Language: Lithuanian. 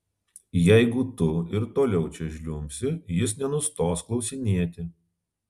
jeigu tu ir toliau čia žliumbsi jis nenustos klausinėti